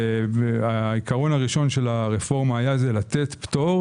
העיקרון הראשון של הרפורמה היה לתת פטור